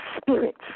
spirits